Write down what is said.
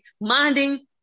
minding